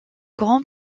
grand